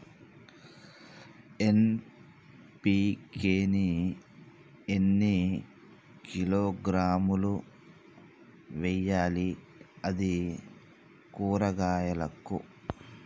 NPK ని ఎన్ని కిలోగ్రాములు వెయ్యాలి? అది కూరగాయలకు?